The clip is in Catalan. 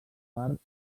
part